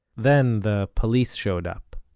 then the police showed up,